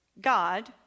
God